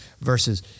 versus